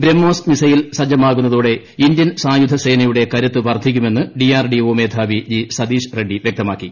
BrahMos missile സജ്ജമാകുന്നതോടെ Indian സ്ായുധ സേനയുടെ കരുത്ത് വർദ്ധിക്കുമെന്ന് ഡിആർഡ്ിങ് മേധാവി ജി സതീഷ് റെഡ്ഡി വ്യക്തമാക്കി